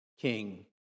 king